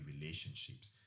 relationships